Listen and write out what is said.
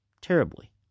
Terribly